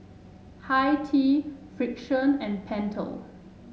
Hi Tea Frixion and Pentel